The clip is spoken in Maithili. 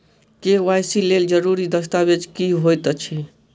के.वाई.सी लेल जरूरी दस्तावेज की होइत अछि?